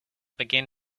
begin